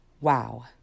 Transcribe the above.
Wow